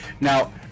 Now